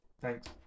Thanks